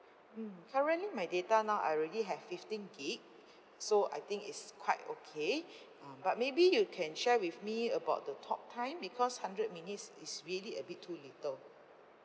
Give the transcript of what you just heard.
hmm currently my data now I already have fifteen gig so I think it's quite okay ah but maybe you can share with me about the talktime because hundred minutes is really a bit too little